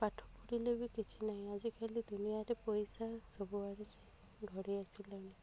ପାଠ ପଢ଼ିଲେ ବି କିଛି ନାହିଁ ଆଜିକାଲି ଦୁନିଆରେ ପଇସା ସବୁ ଆଡ଼େ ଘଡ଼ି ଆସିଲାଣି